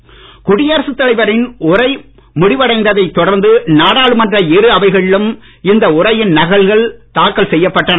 ஒத்திவைப்பு குடியரசு தலைவரின் உரை முடிவடைந்ததை தொடர்ந்து நாடாளுமன்ற இரு அவைகளிலும் இந்த உரையின் நகல்கள் தாக்கல் செய்யப்பட்டன